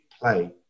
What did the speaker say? play